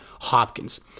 Hopkins